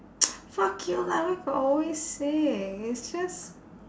fuck you lah where got always sick it's just